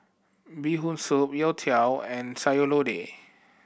Bee Hoon Soup youtiao and Sayur Lodeh